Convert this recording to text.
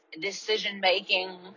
decision-making